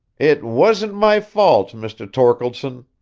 it wasn't my fault, mr. torkeldsen.